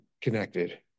connected